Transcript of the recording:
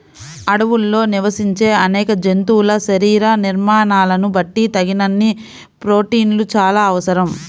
అడవుల్లో నివసించే అనేక జంతువుల శరీర నిర్మాణాలను బట్టి తగినన్ని ప్రోటీన్లు చాలా అవసరం